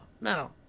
no